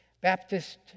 Baptist